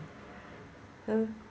uh